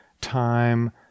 time